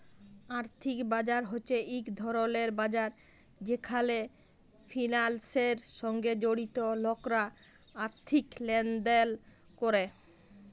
আর্থিক বাজার হছে ইক ধরলের বাজার যেখালে ফিলালসের সঙ্গে জড়িত লকরা আথ্থিক লেলদেল ক্যরে